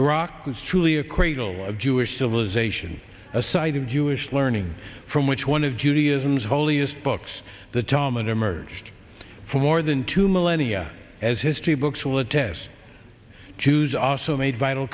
iraq was truly a cradle of jewish civilization a site of jewish learning from which one of judaism's holiest books the tolman emerged for more than two millennia as history books will attest jews also made vital